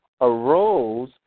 arose